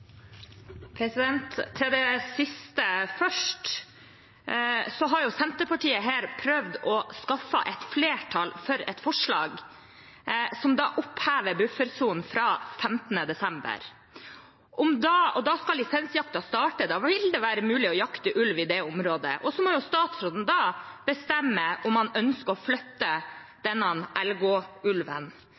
Til det siste først: Senterpartiet har her prøvd å skaffe et flertall for et forslag som opphever buffersonen fra 15. desember. Da skal lisensjakten starte, og da vil det være mulig å jakte ulv i det området. Så må statsråden da bestemme om han ønsker å flytte denne